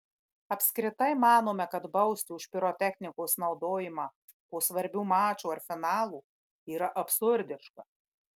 apskritai manome kad bausti už pirotechnikos naudojimą po svarbių mačų ar finalų yra absurdiška